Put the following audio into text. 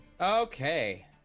Okay